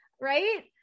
right